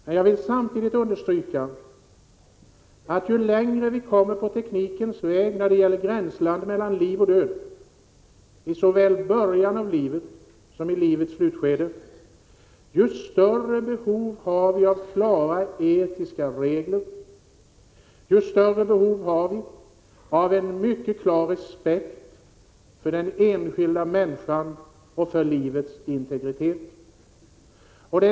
Men jag vill samtidigt understryka att ju längre vi kommer på teknikens väg när det gäller gränslandet mellan liv och död, såväl i början av livet som i livets slutskede, desto större behov har vi av klara etiska regler och av en mycket klar respekt för den enskilda människan och för livets integritet.